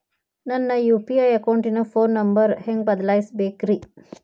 ನನ್ನ ಯು.ಪಿ.ಐ ಅಕೌಂಟಿನ phone number ಹೆಂಗ್ ಬದಲಾಯಿಸ ಬೇಕ್ರಿ?